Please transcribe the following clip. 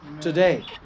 today